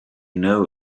know